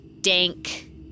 dank